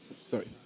sorry